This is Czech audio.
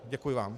Děkuji vám.